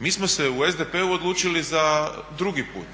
Mi smo se u SDP-u odlučili za drugi put.